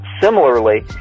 similarly